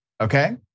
okay